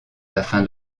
afin